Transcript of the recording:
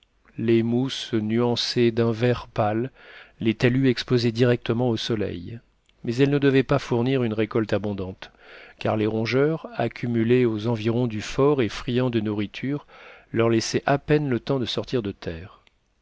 les mousses nuançaient d'un vert pâle les talus exposés directement au soleil mais elles ne devaient pas fournir une récolte abondante car les rongeurs accumulés aux environs du fort et friands de nourriture leur laissaient à peine le temps de sortir de terre